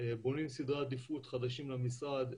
בונים סדרי עדיפות חדשים למשרד,